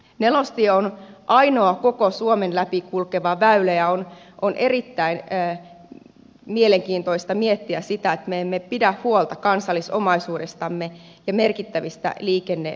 nelostie on ainoa koko suomen läpi kulkeva väylä ja on erittäin mielenkiintoista miettiä sitä että me emme pidä huolta kansallisomaisuudestamme ja merkittävistä liikenneväylistämme